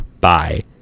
Bye